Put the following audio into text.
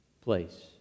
place